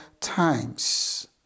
times